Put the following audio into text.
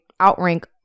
outrank